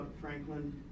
Franklin